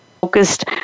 focused